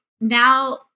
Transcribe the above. now